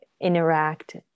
interact